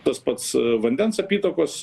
tas pats vandens apytakos